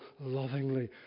lovingly